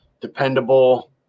dependable